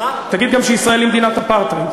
יש אפליה במדינת ישראל.